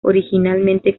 originalmente